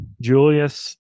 Julius